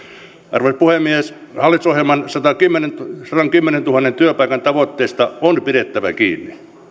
arvoisa puhemies hallitusohjelman sadankymmenentuhannen työpaikan tavoitteesta on pidettävä kiinni